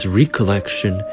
recollection